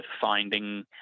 finding